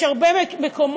יש הרבה מקומות,